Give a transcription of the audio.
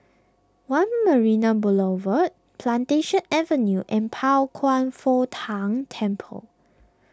one Marina Boulevard Plantation Avenue and Pao Kwan Foh Tang Temple